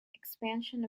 expansion